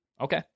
Okay